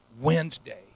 Wednesday